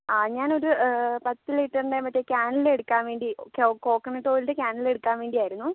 ആ ഞാൻ ഒരു പത്ത് ലിറ്ററിൻ്റെ മറ്റേ കാനിൽ എടുക്കാൻ വേണ്ടി കോക്കനട്ട് ഓയിലിൻ്റെ കാനിൽ എടുക്കാൻ വേണ്ടിയാരുന്നു